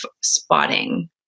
spotting